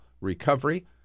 recovery